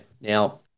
Now